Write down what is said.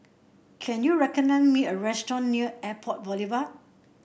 can you recommend me a restaurant near Airport Boulevard